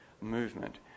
movement